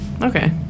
Okay